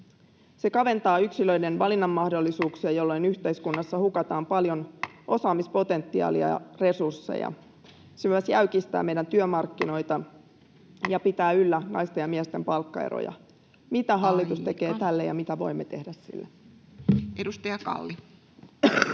Se kaventaa yksilöiden valinnanmahdollisuuksia, jolloin yhteiskunnassa hukataan paljon osaamispotentiaalia ja resursseja. Se myös jäykistää meidän työmarkkinoita ja pitää yllä naisten ja miesten palkkaeroja. [Puhemies: Aika!] Mitä hallitus tekee tälle, ja mitä voimme tehdä sille? Edustaja Kalli.